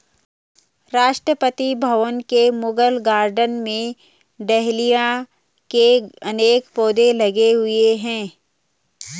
राष्ट्रपति भवन के मुगल गार्डन में डहेलिया के अनेक पौधे लगे हुए हैं